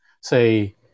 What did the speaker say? say